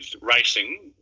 racing